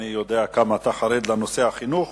אני יודע כמה אתה חרד לנושא החינוך.